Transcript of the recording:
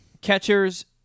Catchers